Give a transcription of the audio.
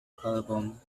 album